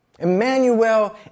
Emmanuel